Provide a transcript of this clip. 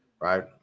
right